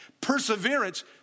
Perseverance